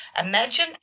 Imagine